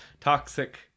toxic